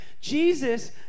Jesus